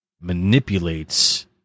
manipulates